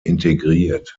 integriert